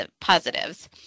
positives